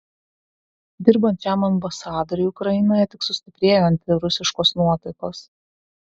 dirbant šiam ambasadoriui ukrainoje tik sustiprėjo antirusiškos nuotaikos